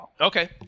Okay